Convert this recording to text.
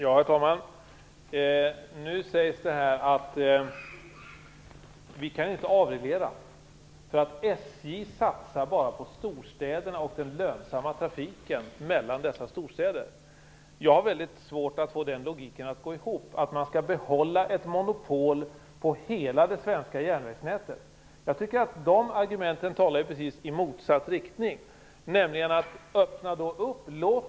Herr talman! SJ satsar självfallet inte bara på trafiken mellan storstäder, men det är där lönsamheten finns. Därför är det självklart att man satsar mera på de sträckorna. Det fördes en debatt här i riksdagen i förra veckan om den nattågstrafik som SJ inte vill driva och staten inte vill upphandla.